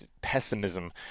pessimism